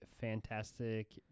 fantastic